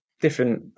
different